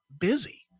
busy